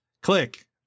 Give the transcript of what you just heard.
Click